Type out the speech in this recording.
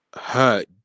hurt